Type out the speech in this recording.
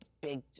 big